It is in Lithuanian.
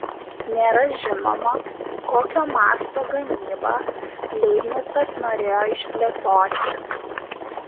nėra žinoma kokio masto gamybą leibnicas norėjo išplėtoti